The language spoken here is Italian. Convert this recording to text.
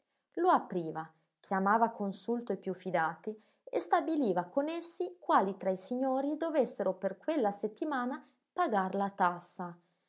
lo apriva chiamava a consulto i più fidati e stabiliva con essi quali tra i signori dovessero per quella settimana pagar la tassa